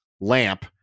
Lamp